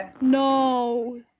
No